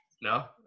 No